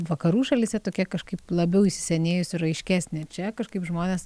vakarų šalyse tokia kažkaip labiau įsisenėjusi ir aiškesnė čia kažkaip žmonės